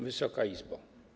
Wysoka Izbo!